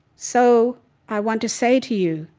so i want to say to you,